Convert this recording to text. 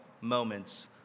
moments